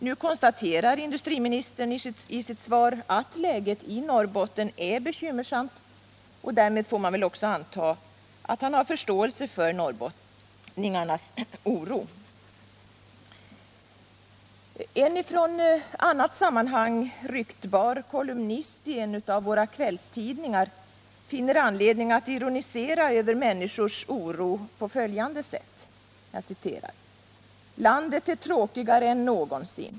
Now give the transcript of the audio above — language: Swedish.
Nu konstaterar industriministern i sitt svar att läget i Norrbotten är bekymmersamt, och därmed får man väl också anta att han har förståelse för norrbottningarnas oro. En från annat sammanhang ryktbar kolumnist i en av våra kvällstidningar finner anledning att ironisera över människors oro på följande sätt: ”Landet är tråkigare än någonsin.